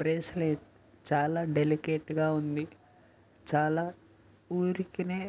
bracelet చాలా డెలికేట్గా ఉంది చాలా ఊరికినే